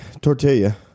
Tortilla